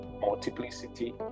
multiplicity